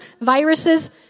viruses